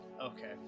Okay